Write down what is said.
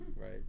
Right